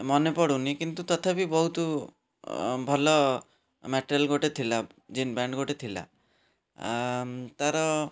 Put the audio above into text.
ମନେ ପଡ଼ୁନି କିନ୍ତୁ ତଥାପି ବହୁତ ଭଲ ମ୍ୟାଟରିଆଲ୍ ଗୋଟେ ଥିଲା ଜିନ୍ ପ୍ୟାଣ୍ଟ୍ ଗୋଟେ ଥିଲା ତା'ର